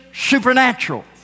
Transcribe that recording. supernatural